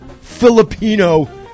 Filipino